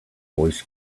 voice